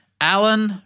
Alan